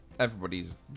everybody's